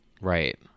Right